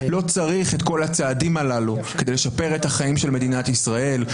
לא צריך את כל הצעדים הללו כדי לשפר את החיים של מדינת ישראל,